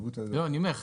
אני אומר,